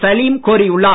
சலீம் கோரியுள்ளார்